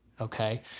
Okay